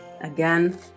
again